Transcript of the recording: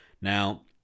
now